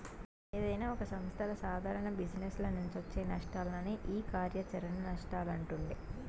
ఏదైనా ఒక సంస్థల సాదారణ జిజినెస్ల నుంచొచ్చే నష్టాలనే ఈ కార్యాచరణ నష్టాలంటుండె